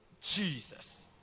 Jesus